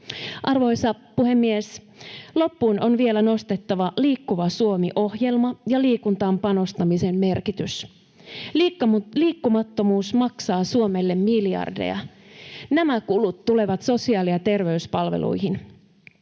Arvoisa puhemies! Loppuun on vielä nostettava Liikkuva Suomi -ohjelma ja liikuntaan panostamisen merkitys. Liikkumattomuus maksaa Suomelle miljardeja. Nämä kulut tulevat sosiaali- ja terveyspalveluihin.